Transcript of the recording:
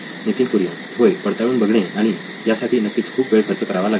नितीन कुरियन होय पडताळून बघणे आणि यासाठी नक्कीच खूप वेळ खर्च करावा लागेल